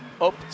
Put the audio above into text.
up